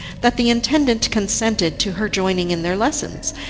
that the intendant consented to her joining in their lessons,